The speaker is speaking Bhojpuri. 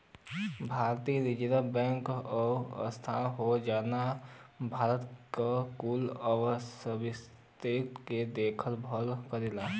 भारतीय रीजर्व बैंक उ संस्था हौ जौन भारत के कुल अर्थव्यवस्था के देखभाल करला